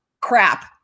crap